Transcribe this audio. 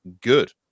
good